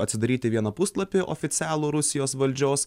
atsidaryti vieną puslapį oficialų rusijos valdžios